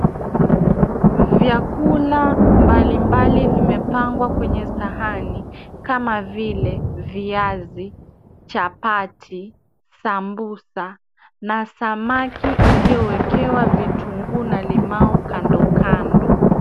Vyakula mbali mbali vimepangwa kwenye sahani, kama vile viazi, chapati, samosa na samaki iliyowekewa vitunguu na limau kando kando.